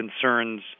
concerns